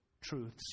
truths